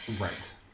Right